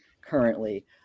currently